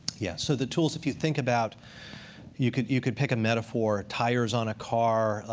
yeah. so the tools, if you think about you could you could pick a metaphor. tires on a car,